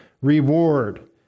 reward